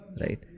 right